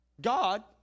God